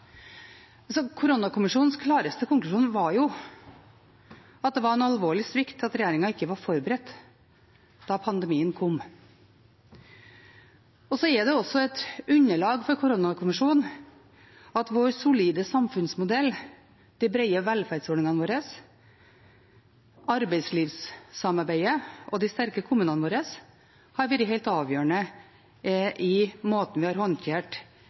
Koronakommisjonens klareste konklusjon var at det var en alvorlig svikt at regjeringen ikke var forberedt da pandemien kom. Det er også et underlag for koronakommisjonen at vår solide samfunnsmodell, de breie velferdsordningene våre, arbeidslivssamarbeidet og de sterke kommunene våre har vært helt avgjørende i måten vi har håndtert